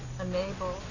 enable